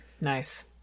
Nice